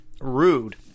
rude